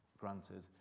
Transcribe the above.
granted